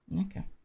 Okay